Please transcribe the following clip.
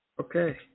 Okay